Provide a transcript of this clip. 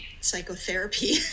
psychotherapy